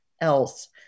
else